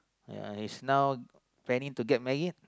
ya his now planning to get married